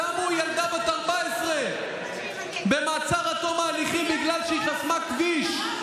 שמו ילדה בת 14 במעצר עד תום ההליכים בגלל שהיא חסמה כביש.